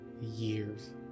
years